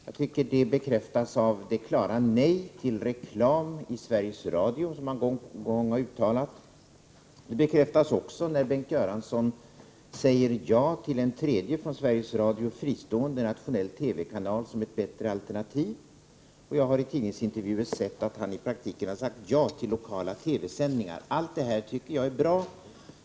Jag tycker att det bekräftas av det klara nej till reklam i Sveriges Radio som han gång på gång har uttalat. Det bekräftas också när Bengt Göransson säger ja till en tredje, från Sveriges Radio fristående nationell TV-kanal som ett bättre alternativ, och jag har sett i tidningsintervjuer att han har sagt ja till lokala TV-sändningar. Allt det här tycker jag är bra.